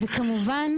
וכמובן